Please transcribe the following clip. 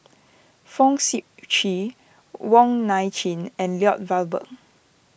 Fong Sip Chee Wong Nai Chin and Lloyd Valberg